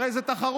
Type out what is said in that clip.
הרי זו תחרות,